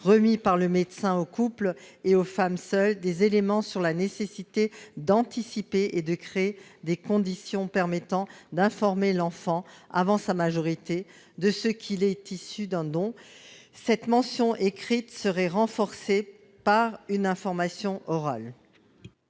remis par le médecin aux couples ou aux femmes seules des éléments quant à la nécessité d'anticiper et, ce faisant, de créer des conditions permettant de faire savoir à l'enfant, avant sa majorité, qu'il est issu d'un don. Cette mention écrite serait renforcée par une information orale.